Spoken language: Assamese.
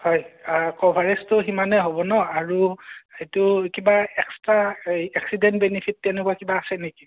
হয় কভাৰেজটো সিমানেই হ'ব ন' আৰু সেইটো কিবা এক্সট্ৰা এক্সিডেণ্ট বেনিফিট তেনেকুৱা কিবা আছে নেকি